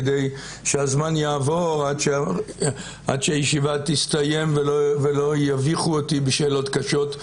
כדי שהזמן יעבור עד שהישיבה תסתיים ולא יביכו אותי בשאלות קשות,